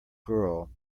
girl